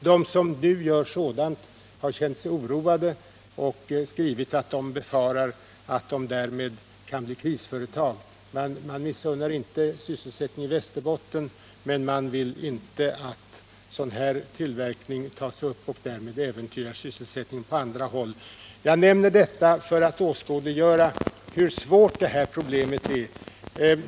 De som nu gör sådant har känt sig oroade och skrivit att de befarar att de därmed kan bli krisföretag. De missunnar inte Västerbotten sysselsättning, men de vill inte att sådan här tillverkning tas upp och därmed äventyrar sysselsättningen på andra håll. Jag nämner detta för att åskådliggöra hur svårt det här problemet är.